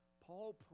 Paul